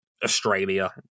australia